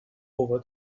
over